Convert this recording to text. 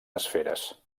esferes